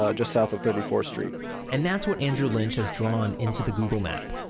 ah just south of thirty fourth street and that's what andrew lynch has drawn into the google map,